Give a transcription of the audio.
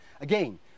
Again